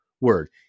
word